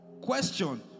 question